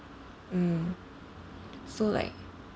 mm so like